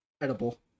Edible